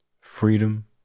freedom